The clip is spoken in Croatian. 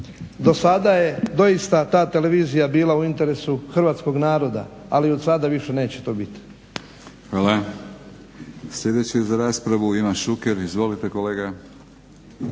do sada je doista ta televizija bila u interesu hrvatskog naroda, ali od sada više neće to biti. **Batinić, Milorad (HNS)** Hvala. Sljedeći za raspravu Ivan Šuker. Izvolite kolega.